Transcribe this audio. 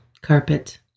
carpet